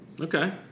Okay